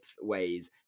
ways